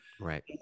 Right